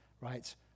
right